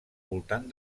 voltant